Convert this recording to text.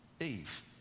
Eve